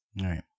right